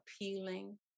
appealing